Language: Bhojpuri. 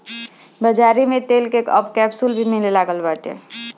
बाज़ारी में इ तेल कअ अब कैप्सूल भी मिले लागल बाटे